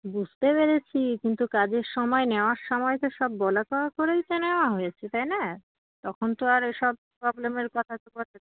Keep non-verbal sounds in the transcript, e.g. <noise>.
বুঝতে পেরেছি কিন্তু কাজের সময় নেওয়ার সময় তো সব বলা কওয়া করেই তো নেওয়া হয়েছে তাই না তখন তো আর এসব প্রবলেমের কথা <unintelligible>